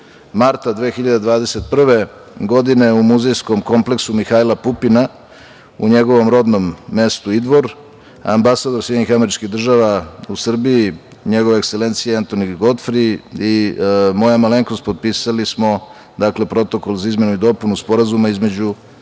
marta 2021. godine u muzejskom kompleksu „Mihajla Pupina“ u njegovom rodnom mestu Idvor, ambasador SAD u Srbiji, njegova ekselencija Entoni Gotfri i moja malenkost potpisali smo Protokol za izmenu i dopunu Sporazuma između